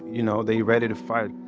you know, they ready to fight.